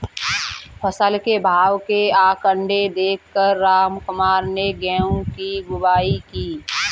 फसल के भाव के आंकड़े देख कर रामकुमार ने गेहूं की बुवाई की